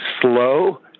slow